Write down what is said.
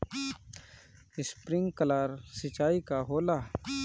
Sprinkler सिंचाई का होला?